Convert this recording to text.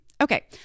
Okay